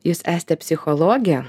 jūs esate psichologė